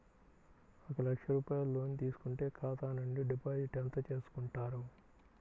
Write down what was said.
ఒక లక్ష రూపాయలు లోన్ తీసుకుంటే ఖాతా నుండి డిపాజిట్ ఎంత చేసుకుంటారు?